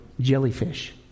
jellyfish